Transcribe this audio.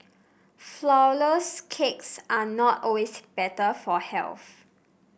flour less cakes are not always better for health